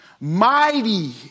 Mighty